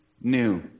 new